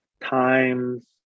times